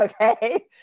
okay